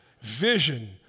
vision